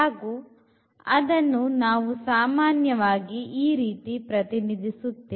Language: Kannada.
ಹಾಗು ಅದನ್ನು ನಾವು ಸಾಮಾನ್ಯವಾಗಿ ಈ ರೀತಿ ಪ್ರತಿನಿಧಿಸುತ್ತೇವೆ